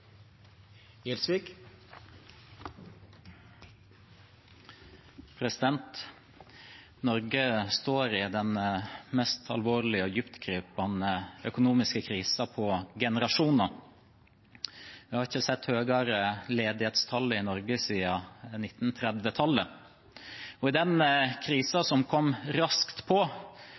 Norge står i den mest alvorlige og dyptgripende økonomiske krisen på generasjoner. Vi har ikke sett høyere ledighetstall i Norge siden 1930-tallet. I den krisen som kom raskt på,